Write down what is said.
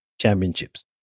championships